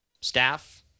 Staff